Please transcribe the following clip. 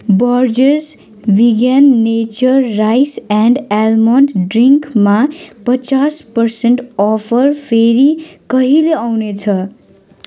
Borges vegan nature rice and almond ड्रिन्कमा पचास percent offer फेरि कहिले आउने छ